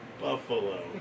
Buffalo